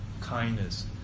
kindness